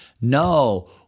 No